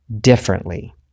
differently